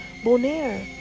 Bonaire